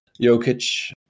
Jokic